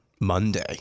monday